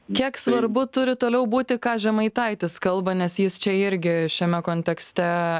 kiek svarbu turi toliau būti ką žemaitaitis kalba nes jis čia irgi šiame kontekste